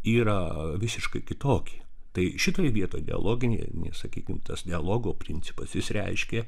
yra visiškai kitokie tai šitoj vietoj dialoginės sakykim tas dialogo principas jis reiškia